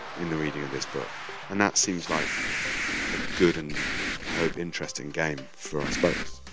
in the reading of this book and that seems like a good and i hope interesting game for us both.